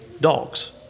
dogs